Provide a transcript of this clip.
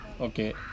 Okay